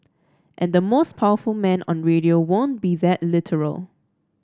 and the most powerful man on radio won't be that literal